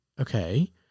Okay